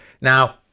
Now